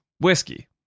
whiskey